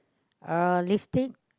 uh lipstick